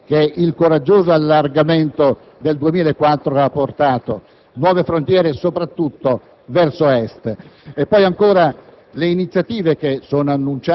delle nuove frontiere che il coraggioso allargamento del 2004 aveva portato, nuove frontiere soprattutto verso Est. Ancora,